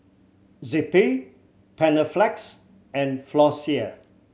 Zappy Panaflex and Floxia